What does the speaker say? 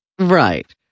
Right